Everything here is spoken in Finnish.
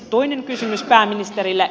toinen kysymys pääministerille